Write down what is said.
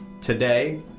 Today